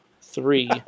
three